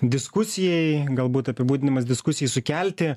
diskusijai galbūt apibūdinimas diskusijai sukelti